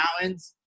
mountains